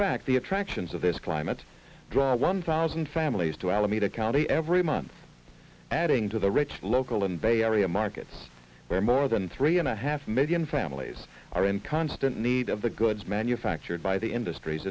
fact the attractions of this climate drive one thousand families to alameda county every month adding to the rich local and bay area markets where more than three and a half million families are in constant need of the goods manufactured by the industries